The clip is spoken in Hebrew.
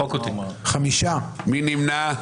מי נמנע?